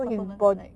supplements lah right